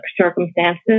circumstances